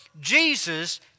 Jesus